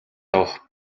авах